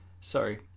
sorry